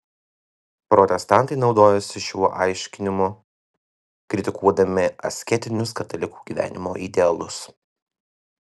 protestantai naudojasi šiuo aiškinimu kritikuodami asketinius katalikų gyvenimo idealus